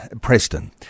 Preston